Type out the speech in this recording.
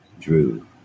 Drew